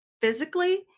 Physically